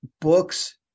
books